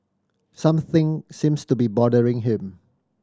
something seems to be bothering him